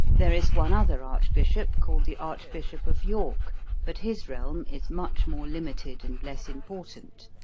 there is one other archbishop, called the archbishop of york but his realm is much more limited and less important.